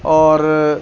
اور